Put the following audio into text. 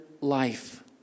life